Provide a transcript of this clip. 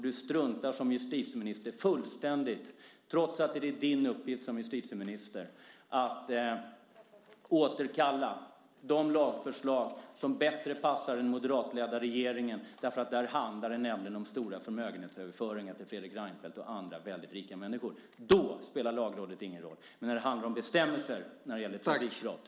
Du struntar som justitieminister fullständigt, trots att det är din uppgift som justitieminister, i att återkalla de lagförslag som bättre passar en moderatledd regering. Där handlar det om stora förmögenhetsöverföringar till Fredrik Reinfeldt och andra rika människor. Då spelar Lagrådet ingen roll. Men när det handlar om bestämmelser om trafikbrott är det annorlunda.